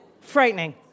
Frightening